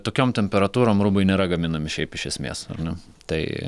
tokiom temperatūrom rūbai nėra gaminami šiaip iš esmės ar ne tai